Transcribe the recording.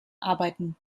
arbeiten